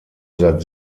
seit